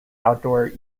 outdoor